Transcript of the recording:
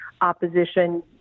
opposition